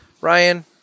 Ryan